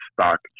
stock